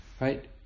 Right